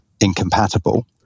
incompatible